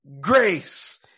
grace